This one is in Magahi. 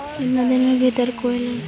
केतना दिन के भीतर कोइ लोन मिल हइ?